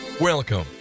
Welcome